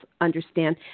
understand